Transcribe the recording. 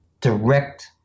direct